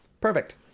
Perfect